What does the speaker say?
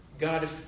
God